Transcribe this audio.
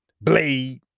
Blade